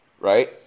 Right